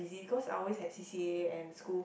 because I always had C_C_A and school